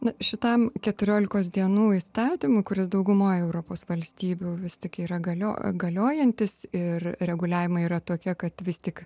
na šitam keturiolikos dienų įstatymu kuris daugumoj europos valstybių vis tik yra galio galiojantis ir reguliavimai yra tokie kad vis tik